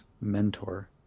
mentor